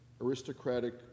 aristocratic